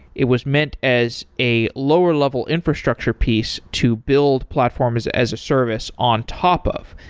it was meant as a lower level infrastructure piece to build platforms as a service on top of,